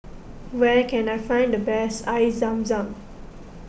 where can I find the best Air Zam Zam